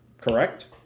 correct